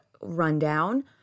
rundown